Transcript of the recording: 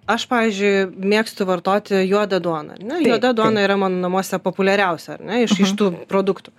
aš pavyzdžiui mėgstu vartoti juodą duoną ar ne juoda duona yra mano namuose populiariausia ar ne iš iš tų produktų